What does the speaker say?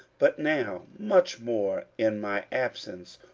but now much more in my absence,